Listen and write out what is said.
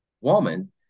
woman